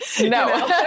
No